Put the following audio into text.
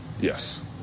Yes